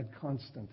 constant